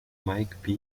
mike